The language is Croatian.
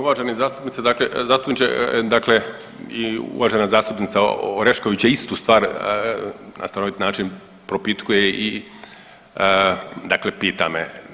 Hvala vam uvaženi zastupnice, zastupniče, dakle i uvažena zastupnica Orešković je istu stvar na stanovit način propitkuje i dakle pita me.